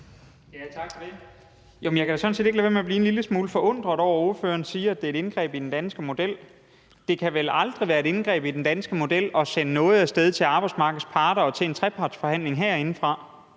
jeg kan sådan set ikke lade være med at blive en lille smule forundret over, at ordføreren siger, at det er et indgreb i den danske model. Det kan vel aldrig være et indgreb i den danske model at sende noget af sted til arbejdsmarkedets parter og til en trepartsforhandling herindefra